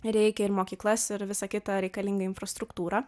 reikia ir mokyklas ir visą kitą reikalingą infrastruktūrą